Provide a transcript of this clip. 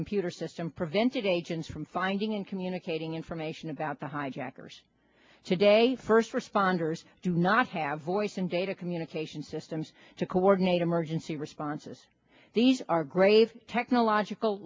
computer system prevented agents from finding and communicating information about the hijackers today first responders do not have voice and data communication systems to coordinate emergency responses these are grave technological